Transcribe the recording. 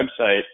website